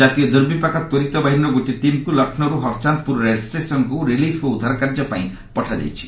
ଜାତୀୟ ଦୂର୍ବିପାକ ତ୍ୱରିତ ବାହିନୀର ଗୋଟିଏ ଟିମ୍କୁ ଲକ୍ଷ୍ନୌରୁ ହରଚାନ୍ଦପୁର ରେଳଷ୍ଟେସନକୁ ରିଲିଫ ଓ ଉଦ୍ଧାର କାର୍ଯ୍ୟ ପାଇଁ ପଠାଯାଇଛି